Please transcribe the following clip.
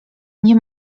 nie